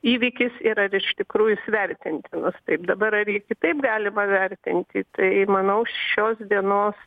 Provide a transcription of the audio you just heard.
įvykis ir ar iš tikrųjų jis vertintinas taip dabar ar jį kitaip galima vertinti tai manau šios dienos